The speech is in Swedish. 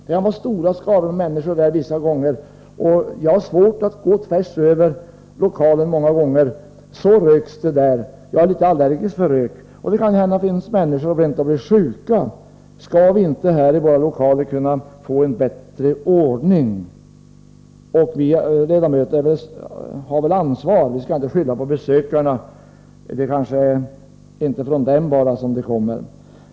Det kan vara stora skaror människor där, och jag själv har svårt att gå tvärs över lokalen många gånger, så röks det där — jag är litet allergisk mot rök — och det kan hända att det finns människor som rent av blir sjuka. Skall vi inte kunna få en bättre ordning här i våra lokaler? Vi ledamöter har väl ansvar, vi skall inte skylla på besökarna — det är inte bara från dem som röken kommer.